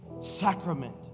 sacrament